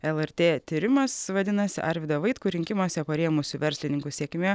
lrt tyrimas vadinasi arvydą vaitkų rinkimuose parėmusių verslininkų sėkmė